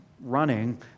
running